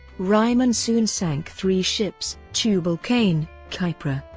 reymann soon sank three ships, tubal cain, kaipara,